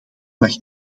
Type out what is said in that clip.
mag